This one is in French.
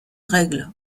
règle